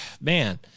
man